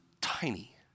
tiny